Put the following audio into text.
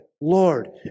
Lord